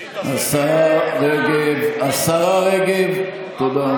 שקד, השרה רגב, השרה רגב, תודה.